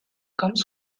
comes